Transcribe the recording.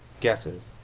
guesses.